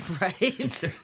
Right